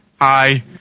hi